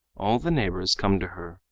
all the neighbors come to her,